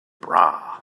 bra